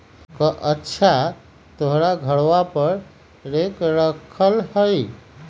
कअच्छा तोहर घरवा पर रेक रखल हई?